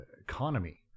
economy